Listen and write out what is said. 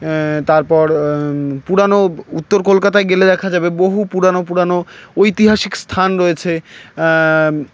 তারপর পুরানো উত্তর কলকাতায় গেলে দেখা যাবে বহু পুরানো পুরানো ঐতিহাসিক স্থান রয়েছে